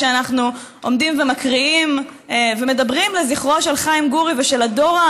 כשאנחנו עומדים ומקריאים ומדברים לזכרו של חיים גורי ושל הדור,